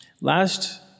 Last